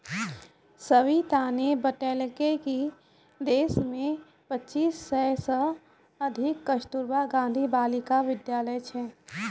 सविताने बतेलकै कि देश मे पच्चीस सय से अधिक कस्तूरबा गांधी बालिका विद्यालय छै